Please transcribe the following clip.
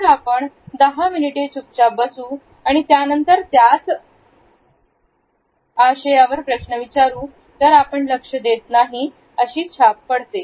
जर आपण दहा मिनिटे चुपचाप बसू आणि त्यानंतर प्रश्न विचारू तर आपण लक्ष देत नाही अशी छाप पडते